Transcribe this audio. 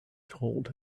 told